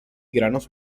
granos